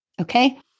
okay